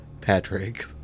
Patrick